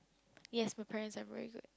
yes my parents are very good